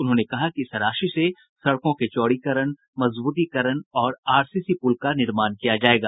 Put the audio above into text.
उन्होंने बताया कि इस राशि से सड़कों के चौड़ीकरण मजबूतीकरण और आरसीसी पुल का निर्माण किया जायेगा